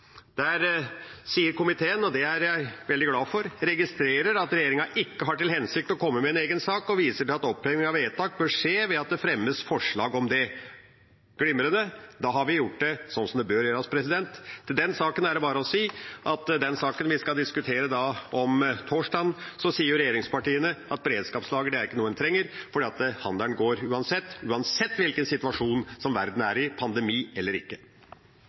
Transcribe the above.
Der sier komiteen, og det er jeg veldig glad for: «Komiteen registrerer at regjeringen ikke har til hensikt å komme med en egen sak, og viser til at oppheving av vedtak bør skje ved at det fremmes forslag om det.» Det er glimrende, da har vi gjort det slik som det bør gjøres. Til den saken er det bare å si: I den saken vi skal diskutere på torsdag, sier regjeringspartiene at beredskapslager ikke er noe en trenger, fordi handelen går uansett – uansett hvilken situasjon verden er i, pandemi eller ikke.